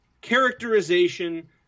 characterization